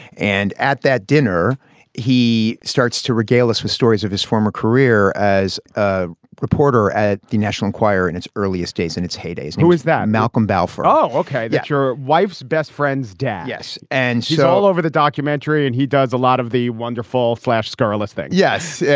and at that dinner he starts to regale us with stories of his former career as a reporter at the national enquirer in its earliest days in its heydays. who is that. malcolm balfour oh okay. that's your wife's best friend's dad. yes. and so all over the documentary and he does a lot of the wonderful flash scarlett thing yes. yeah